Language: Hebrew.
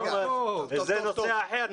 זה נושא אחר,